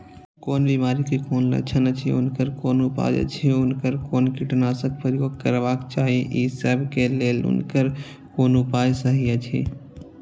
कोन बिमारी के कोन लक्षण अछि उनकर कोन उपाय अछि उनकर कोन कीटनाशक प्रयोग करबाक चाही ई सब के लेल उनकर कोन उपाय सहि अछि?